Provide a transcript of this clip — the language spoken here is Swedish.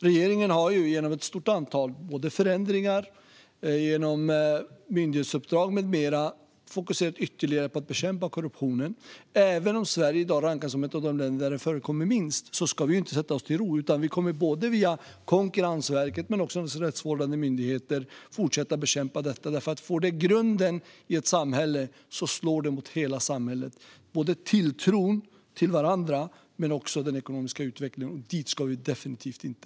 Regeringen har genom ett stort antal förändringar, myndighetsuppdrag med mera fokuserat ytterligare på att bekämpa korruptionen. Även om Sverige i dag rankas som ett av de länder där det förekommer minst korruption ska vi inte slå oss till ro, utan vi kommer att fortsätta bekämpa detta både via Konkurrensverket och genom våra rättsvårdande myndigheter. Får detta fäste i ett samhälle slår det nämligen mot hela samhället - såväl tilltron till varandra och den ekonomiska utvecklingen - och dit ska vi definitivt inte.